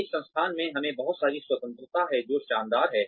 इस संस्थान में हमें बहुत सारी स्वतंत्रता है जो शानदार है